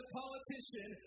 politician